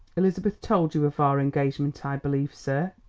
elizabeth told you of our engagement, i believe, sir?